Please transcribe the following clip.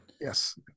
yes